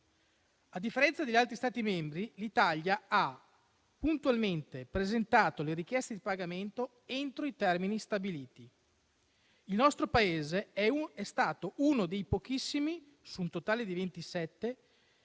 A differenza degli altri Stati membri, l'Italia ha puntualmente presentato le richieste di pagamento entro i termini stabiliti. Il nostro Paese è stato uno dei pochissimi, su un totale di 27,